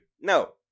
no